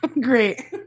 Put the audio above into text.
great